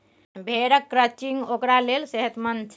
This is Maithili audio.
भेड़क क्रचिंग ओकरा लेल सेहतमंद छै